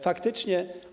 Faktycznie.